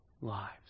lives